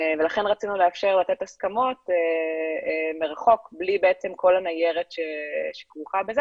לכן רצינו לאפשר לתת הסכמות מרחוק בלי כל הניירת שכרוכה בזה